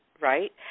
right